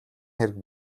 хэрэг